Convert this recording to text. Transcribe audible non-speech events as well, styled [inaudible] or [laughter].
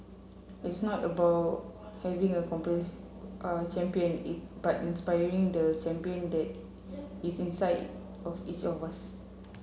it's not about having a [unintelligible] champion [unintelligible] but inspiring the champion that is inside of each of us